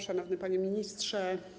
Szanowny Panie Ministrze!